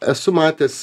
esu matęs